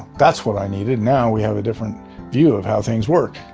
that's what i needed. now we have a different view of how things work.